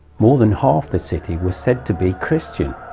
more than half the city was said to be christian.